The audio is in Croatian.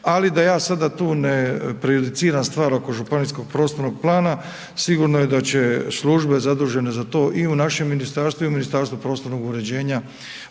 ali da ja sada tu ne prejudiciram stvar oko županijskog prostornog plana, sigurno je da će službe zadužene za to i u našem ministarstvu i u Ministarstvu prostornog uređenja,